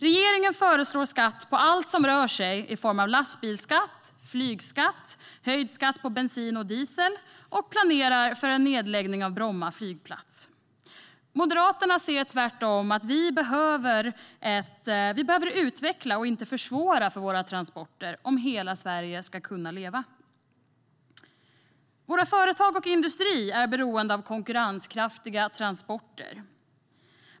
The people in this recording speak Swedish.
Regeringen föreslår skatt på allt som rör sig. Det är lastbilsskatt, flygskatt, höjd skatt på bensin och diesel. Man planerar också för en nedläggning av Bromma flygplats. Moderaterna ser tvärtom att vi behöver utveckla och inte försvåra för våra transporter om hela Sverige ska kunna leva. Företagen och industrin är beroende av konkurrenskraftiga transporter.